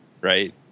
right